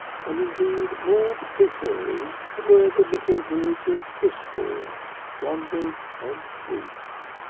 and indeed more particularly to where the little village of fishbourne slumbers and sleeps.